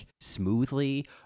smoothly